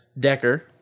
Decker